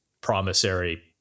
promissory